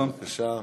בבקשה.